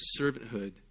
servanthood